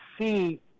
see